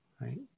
right